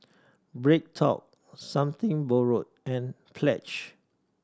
BreadTalk Something Borrowed and Pledge